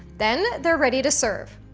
then they're ready to serve.